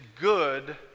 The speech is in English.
good